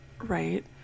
right